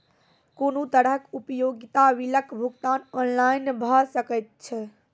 कुनू तरहक उपयोगिता बिलक भुगतान ऑनलाइन भऽ सकैत छै?